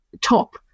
top